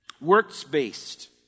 works-based